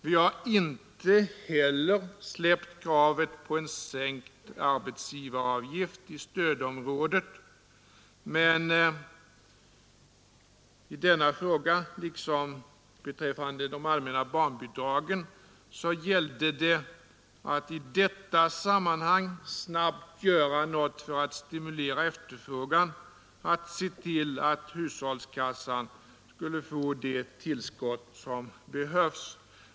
Vi har inte heller släppt kravet på en sänkt arbetsgivaravgift i stödområdet, men i denna fråga liksom beträffande de allmänna barnbidragen gällde det att i detta sammanhang snabbt göra något för att stimulera efterfrågan, för att se till att hushållskassan skulle få det tillskott som behövs.